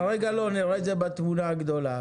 כרגע לא, נראה את זה בתמונה הגדולה.